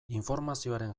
informazioaren